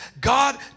god